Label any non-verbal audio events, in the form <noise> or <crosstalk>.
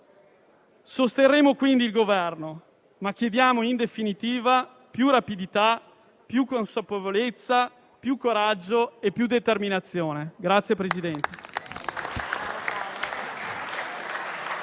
Sosterremo il Governo, ma chiediamo, in definitiva, più rapidità, più consapevolezza, più coraggio e più determinazione. <applause>